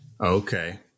Okay